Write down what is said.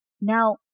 Now